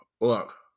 look